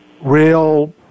real